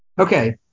okay